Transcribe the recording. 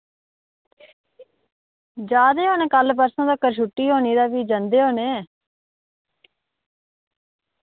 जा दे होने कल परसुं तकर छुट्टी होनी ते फ्ही जन्दे होने